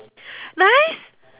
nice